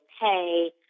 pay